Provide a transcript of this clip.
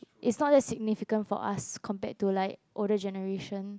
it's not that significant for us compared to like older generation